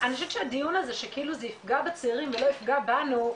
אני חושבת שהדיון הזה שכאילו זה יפגע בצעירים ולא יפגע בנו,